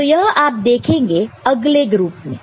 तो यह आप देखेंगे अगले ग्रुप में